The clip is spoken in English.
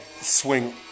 swing